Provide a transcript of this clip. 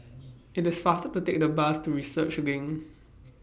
IT IS faster to Take The Bus to Research LINK